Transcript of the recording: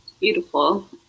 Beautiful